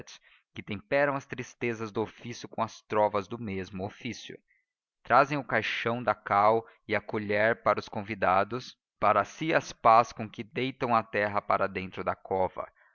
que temperam as tristezas do ofício com as trovas do mesmo ofício trazem o caixão da cal e a colher para os convidados e para si as pás com que deitam a terra para dentro da cova